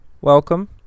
welcome